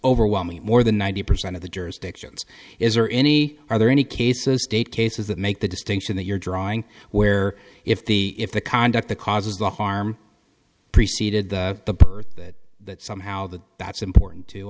overwhelming more than ninety percent of the jurisdictions is there any are there any cases state cases that make the distinction that you're drawing where if the if the conduct the causes the harm preceded the birth that that somehow the that's important to